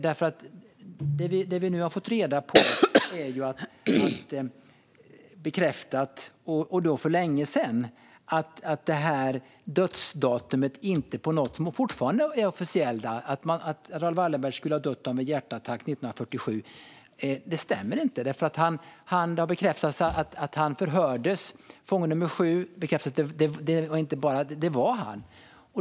Det vi nu har fått reda på är ju att det redan för länge sedan är bekräftat att det dödsdatum som fortfarande är det officiella - alltså att Raoul Wallenberg skulle ha dött av en hjärtattack 1947 - inte stämmer. Det har bekräftats att den fånge nr 7 som förhördes var han.